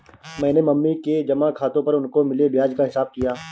मैंने मम्मी के जमा खाता पर उनको मिले ब्याज का हिसाब किया